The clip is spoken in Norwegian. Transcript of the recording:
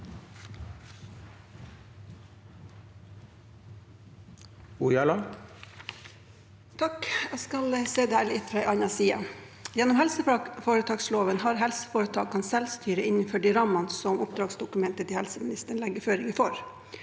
(PF) Jeg skal se dette litt fra en annen side. Gjennom helseforetaksloven har helseforetakene selvstyre innenfor de rammene som oppdragsdokumentet til helseministeren legger føringer for.